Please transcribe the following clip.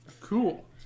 cool